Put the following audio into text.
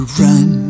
run